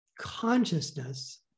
consciousness